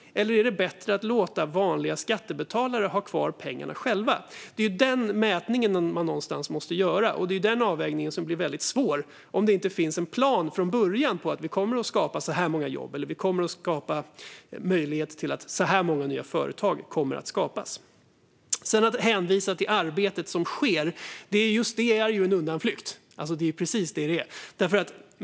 Eller är det bättre att låta vanliga skattebetalare ha kvar pengarna själva? Det är den mätningen man någonstans måste göra, och det är den avvägningen som blir väldigt svår om det inte från början finns en plan för att vi kommer att skapa si och så många jobb eller skapa möjligheter för si och så många företag att startas. Att hänvisa till det arbete som sker är en undanflykt. Det är precis vad det är.